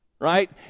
right